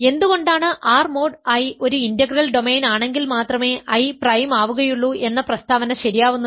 എന്തുകൊണ്ടാണ് R mod I ഒരു integral domain ആണെങ്കിൽ മാത്രമേ I പ്രൈം ആവുകയുള്ളൂ എന്ന പ്രസ്താവന ശരിയാവുന്നത്